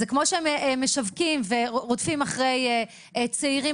כמו שהם משווקים ורודפים אחרי צעירים